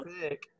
pick